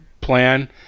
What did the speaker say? plan